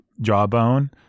jawbone